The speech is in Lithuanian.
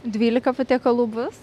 dvylika patiekalų bus